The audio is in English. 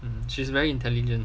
she's very intelligent